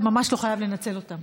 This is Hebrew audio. אני ממש לא חייב לנצל אותן.